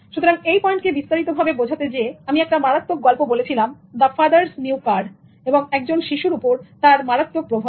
সুতরাং এই পয়েন্টকে বিস্তারিত ভাবে বোঝাতে যেয়ে আমি একটা মারাত্মক গল্প বলেছিলাম "the father's new car" The father's new car এবং একজন শিশুর উপর তার মারাত্মক প্রভাব